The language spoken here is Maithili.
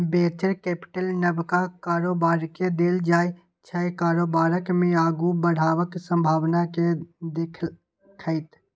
बेंचर कैपिटल नबका कारोबारकेँ देल जाइ छै कारोबार केँ आगु बढ़बाक संभाबना केँ देखैत